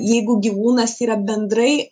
jeigu gyvūnas yra bendrai